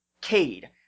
Cade